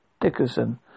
Dickerson